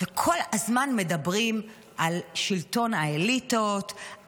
וכל הזמן מדברים על שלטון האליטות,